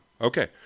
Okay